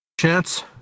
Chance